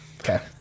okay